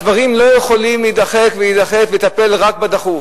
הדברים לא יכולים להידחק ולהידחק, ולטפל רק בדחוף.